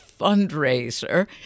fundraiser